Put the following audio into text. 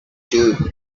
two